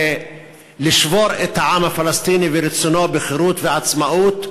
לשבור את העם הפלסטיני ואת רצונו בחירות ובעצמאות,